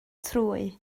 trwy